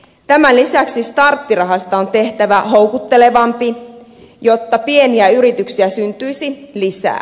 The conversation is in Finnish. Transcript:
tämän lisäksi starttirahasta on tehtävä houkuttelevampi jotta pieniä yrityksiä syntyisi lisää